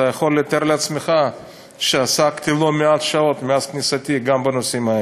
אתה יכול לתאר לעצמך שעסקתי לא מעט שעות מאז כניסתי גם בנושאים האלה.